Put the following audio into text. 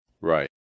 Right